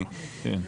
אושר אושר.